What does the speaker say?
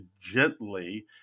gently